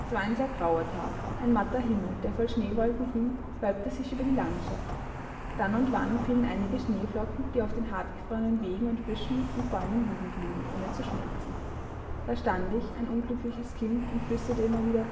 es war ein sehr grauer tag ein matter himmel der voll schneewolken hing wölbte sich über die landschaft dann und wann fielen einige schneeflocken die auf den hartgefrorenen wegen und büschen und bäumen liegen blieben ohne zu schmelzen da stand ich ein unglückliches kind und flüsterte immer wieder